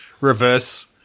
reverse